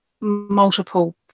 multiple